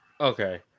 Okay